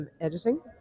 editing